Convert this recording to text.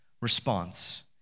response